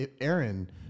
Aaron